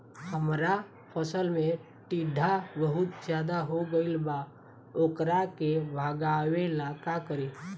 हमरा फसल में टिड्डा बहुत ज्यादा हो गइल बा वोकरा के भागावेला का करी?